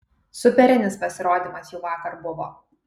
superinis pasirodymas jų vakar buvo